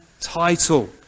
title